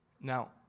Now